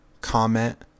comment